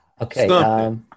Okay